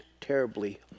terribly